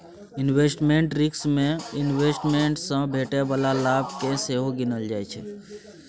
investment risk मे investment सँ भेटै बला लाभ केँ सेहो गिनल जाइ छै